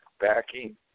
backing